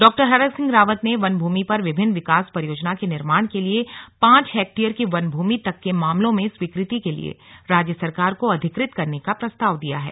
डॉ हरक सिंह रावत ने वन भूमि पर विभिन्न विकास परियोजना के निर्माण के लिए पांच हेक्टेअर की वन भूमि तक के मामलों में स्वीकृति के लिए राज्य सरकार को अधिकृत करने का प्रस्ताव दिया है